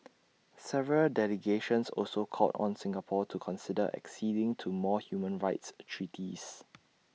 several delegations also called on Singapore to consider acceding to more human rights treaties